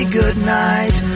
goodnight